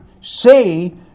say